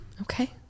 Okay